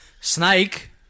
Snake